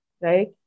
Right